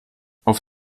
auf